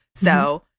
so,